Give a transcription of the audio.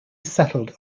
settled